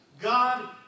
God